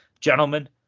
Gentlemen